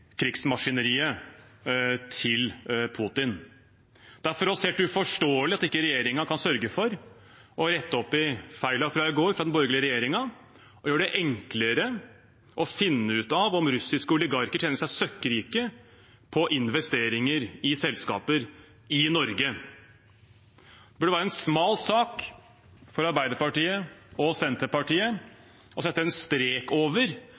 krigsmaskineriet til Putin. Det er for oss helt uforståelig at ikke regjeringen kan sørge for å rette opp i «feila fra i går» fra den borgerlige regjeringen og gjøre det enklere å finne ut av om russiske oligarker tjener seg søkkrike på investeringer i selskaper i Norge. Det burde være en smal sak for Arbeiderpartiet og Senterpartiet å sette en strek over